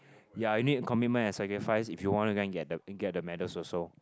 ya you need commitment and sacrifice if you want to go and get the get the medals also